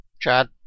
Chad